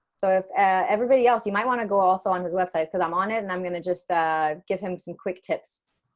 so if everybody else you might want to go also on his website says i'm on it and i'm gonna just ah give him some quick tips